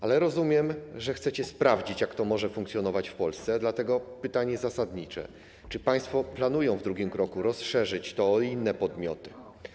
Ale rozumiem, że chcecie sprawdzić, jak to może funkcjonować w Polsce, dlatego pytanie zasadnicze: Czy państwo planują w drugim kroku rozszerzyć to o inne podmioty?